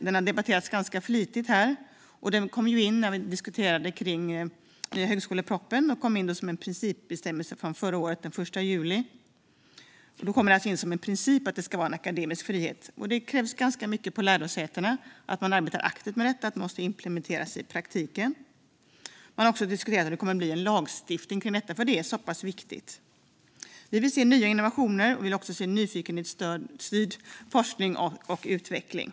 Den debatterades ganska flitigt här när vi diskuterade högskolepropositionen, och den kom in som en principbestämmelse från den 1 juli förra året. Det kom alltså in som princip att det ska vara akademisk frihet, och det krävs ganska mycket aktivt arbete på lärosätena för att implementera det i praktiken. Man har också diskuterat en lagstiftning kring detta, för det är så pass viktigt. Vi vill se nya innovationer, och vi vill se nyfikenhetsstyrd forskning och utveckling.